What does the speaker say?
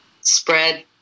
spread